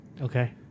Okay